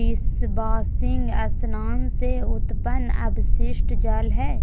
dishwashing स्नान से उत्पन्न अपशिष्ट जल हइ